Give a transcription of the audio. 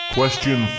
Question